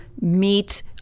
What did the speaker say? meet